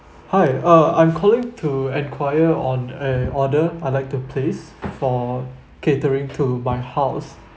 hi uh I'm calling to enquire on a order I'd like to place for catering to my house